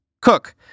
Cook